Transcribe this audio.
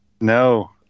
No